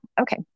okay